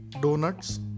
Donuts